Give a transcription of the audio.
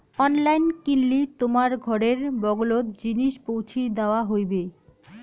online কিনলি তোমার ঘরের বগলোত জিনিস পৌঁছি দ্যাওয়া হইবে